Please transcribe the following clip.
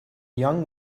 young